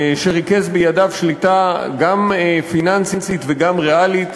שריכז בידיו שליטה גם פיננסית וגם ריאלית